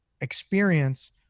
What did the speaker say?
experience